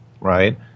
right